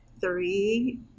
three